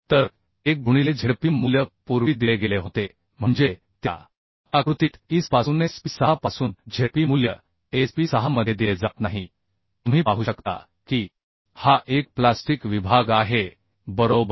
तर 1 गुणिले झेडपी मूल्य पूर्वी दिले गेले होते म्हणजे त्या आकृतीत IS पासूनSP 6 पासून झेडपी मूल्य SP6 मध्ये दिले जात नाही तुम्ही पाहू शकता की हा एक प्लास्टिक विभाग आहे बरोबर